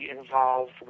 involved